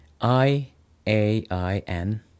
I-A-I-N